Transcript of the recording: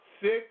six